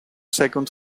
second